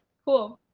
cool!